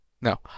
No